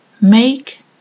make